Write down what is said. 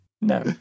No